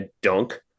dunk